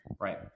right